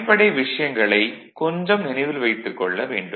அடிப்படை விஷயங்களைக் கொஞ்சம் நினைவில் வைத்துக் கொள்ள வேண்டும்